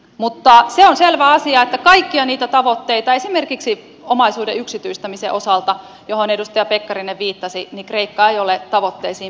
se on selvä asia että kaikkiin niihin tavoitteisiin esimerkiksi omaisuuden yksityistämisen osalta johon edustaja pekkarinen viittasi kreikka ei ole päässyt